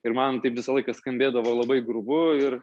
ir man tai visą laiką skambėdavo labai grubu ir